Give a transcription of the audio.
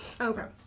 Okay